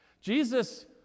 Jesus